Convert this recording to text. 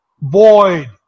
Void